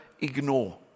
ignore